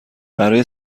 برای